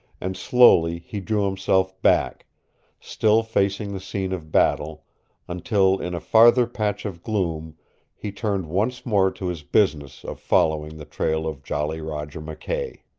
and slowly he drew himself back still facing the scene of battle until in a farther patch of gloom he turned once more to his business of following the trail of jolly roger mckay.